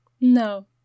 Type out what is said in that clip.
No